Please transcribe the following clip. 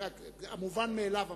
המובן מאליו אמרתי,